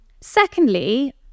Secondly